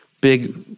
big